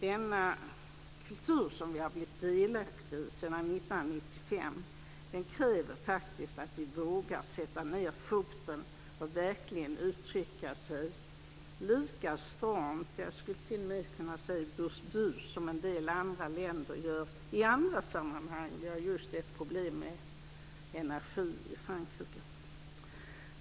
Denna kultur, som vi är delaktiga i sedan 1995, kräver faktiskt att vi vågar sätta ned foten och verkligen uttrycka oss lika stramt - jag skulle t.o.m. kunna säga burdust - som en del andra länder gör i andra sammanhang. Vi har just ett problem med energi i Frankrike.